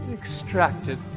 Extracted